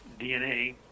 dna